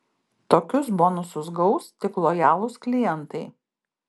tokius bonusus gaus tik lojalūs klientai